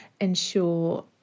ensure